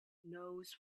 knows